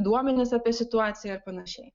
duomenis apie situaciją ar panašiai